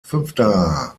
fünfter